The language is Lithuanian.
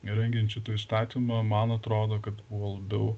rengiant šitą įstatymą man atrodo kad labiau